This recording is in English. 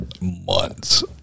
months